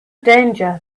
danger